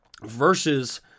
versus